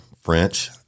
French